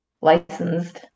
licensed